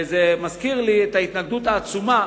זה מזכיר לי את ההתנגדות העצומה